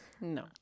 No